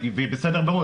והיא בסדר גמור,